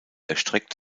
erstreckt